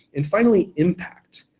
and finally impact.